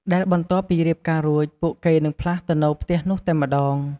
ដែលបន្ទាប់ពីរៀបការរួចពួកគេនិងផ្លាស់ទៅនៅផ្ទះនោះតែម្តង។